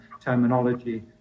terminology